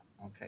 Okay